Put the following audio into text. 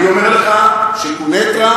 אני אומר לך שקוניטרה.